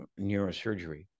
neurosurgery